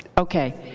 ok.